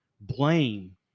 blame